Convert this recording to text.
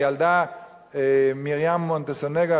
הילדה מרים מונסונגו,